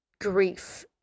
grief